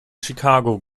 chicago